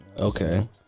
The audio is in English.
Okay